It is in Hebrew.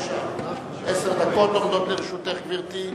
עשר דקות עומדות לרשותך, גברתי.